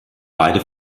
beide